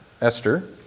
Esther